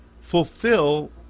fulfill